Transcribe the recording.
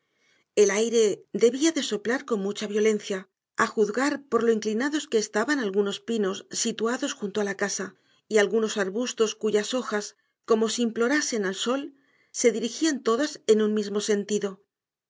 el aire debía de soplar con mucha violencia a juzgar por lo inclinados que estaban algunos pinos situados junto a la casa y algunos arbustos cuyas hojas como si implorasen al sol se dirigían todas en un mismo sentido